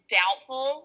doubtful